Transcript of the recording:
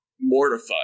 mortified